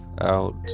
out